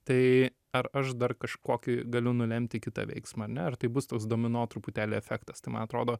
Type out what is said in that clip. tai ar aš dar kažkokį galiu nulemti kitą veiksmą ar ne ar tai bus toks domino truputėlį efektas tai man atrodo